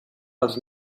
els